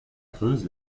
creuse